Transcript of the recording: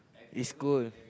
is cool